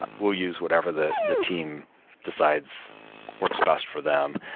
we'll use whatever the the team decides works best for them.